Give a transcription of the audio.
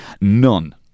None